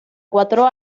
cuatro